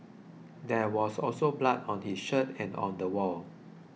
there was also blood on his shirt and on the wall